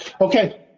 Okay